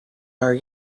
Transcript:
are